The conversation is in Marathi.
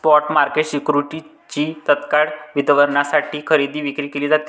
स्पॉट मार्केट सिक्युरिटीजची तत्काळ वितरणासाठी खरेदी विक्री केली जाते